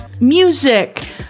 Music